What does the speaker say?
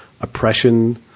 oppression